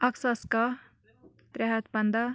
اَکھ ساس کَہہ ترٛےٚ ہَتھ پنٛداہ